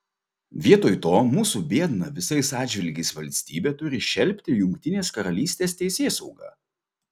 vietoj to mūsų biedna visais atžvilgiais valstybė turi šelpti jungtinės karalystės teisėsaugą